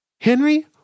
Henry